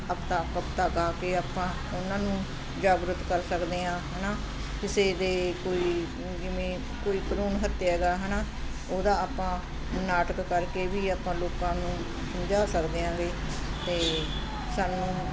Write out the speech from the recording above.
ਕਵਿਤਾ ਕਵਿਤਾ ਗਾ ਕੇ ਆਪਾਂ ਉਹਨਾਂ ਨੂੰ ਜਾਗਰੂਕ ਕਰ ਸਕਦੇ ਹਾਂ ਹੈ ਨਾ ਕਿਸੇ ਦੇ ਕੋਈ ਜਿਵੇਂ ਕੋਈ ਭਰੂਣ ਹੱਤਿਆ ਗਾ ਹੈ ਨਾ ਉਹਦਾ ਆਪਾਂ ਨਾਟਕ ਕਰਕੇ ਵੀ ਆਪਾਂ ਲੋਕਾਂ ਨੂੰ ਸਮਝਾ ਸਕਦੇ ਆਂਗੇ ਅਤੇ ਸਾਨੂੰ